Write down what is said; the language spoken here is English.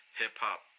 hip-hop